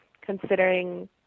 considering